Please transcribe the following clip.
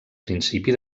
principi